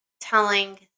telling